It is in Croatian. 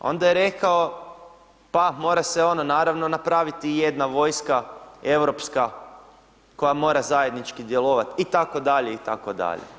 Onda je rekao, pa mora se ono naravno napraviti i jedna vojska europska koja mora zajednički djelovati, itd., itd.